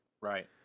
Right